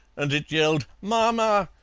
and it yelled marmar!